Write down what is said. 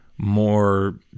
more